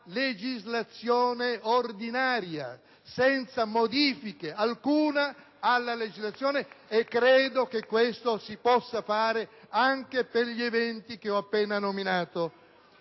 legislazione ordinaria, senza modifica alcuna alle leggi dello Stato e che questo si possa fare anche per gli eventi che ho appena nominato.